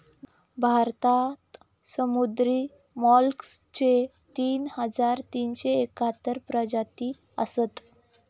भारतात समुद्री मोलस्कचे तीन हजार तीनशे एकाहत्तर प्रजाती असत